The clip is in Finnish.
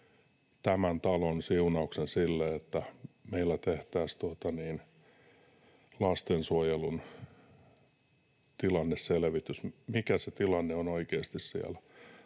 tämän talon siunauksen sille, että meillä tehtäisiin lastensuojelun tilanneselvitys, mikä se tilanne siellä